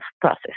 process